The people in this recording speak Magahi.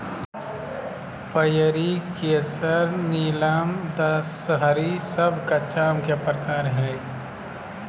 पयरी, केसर, नीलम, दशहरी सब कच्चा आम के प्रकार हय